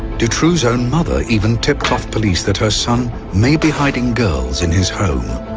dutroux's own mother even tipped off police that her son may be hiding girls in his home.